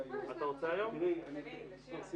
13:09.